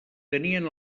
tenien